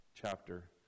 chapter